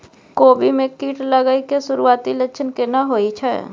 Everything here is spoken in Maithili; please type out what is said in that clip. कोबी में कीट लागय के सुरूआती लक्षण केना होय छै